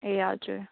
ए हजुर